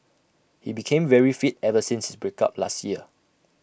he became very fit ever since break up last year